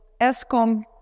ESCOM